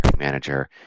Manager